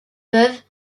peuvent